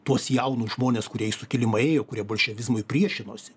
tuos jaunus žmones kurie į sukilimą ėjo kurie bolševizmui priešinosi